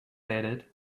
added